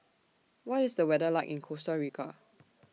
What IS The weather like in Costa Rica